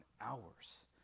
hours